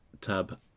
tab